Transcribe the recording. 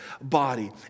body